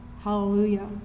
Hallelujah